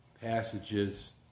passages